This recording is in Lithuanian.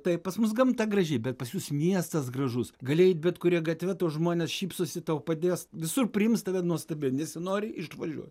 taip pas mus gamta graži bet pas jus miestas gražus gali eit bet kuria gatve tau žmonės šypsosi tau padės visur priims tave nuostabiai nesinori išvažiuot